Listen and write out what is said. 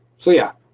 so yeah,